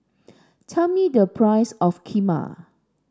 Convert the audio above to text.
tell me the price of Kheema